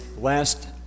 last